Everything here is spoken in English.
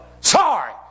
Sorry